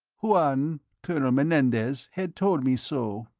juan colonel menendez had told me so.